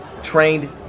trained